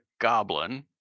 goblin